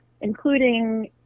including